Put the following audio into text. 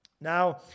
Now